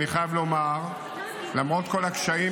אני חייב לומר שלמרות כל הקשיים,